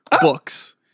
books